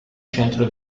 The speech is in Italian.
centro